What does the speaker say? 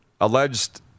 alleged